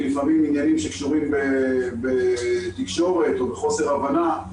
כי לפעמים עניינים שקשורים בתקשורת או בחוסר הבנה,